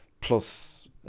plus